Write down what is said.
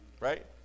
right